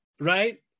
right